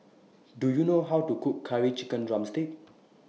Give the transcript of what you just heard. Do YOU know How to Cook Curry Chicken Drumstick